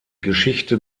geschichte